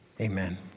Amen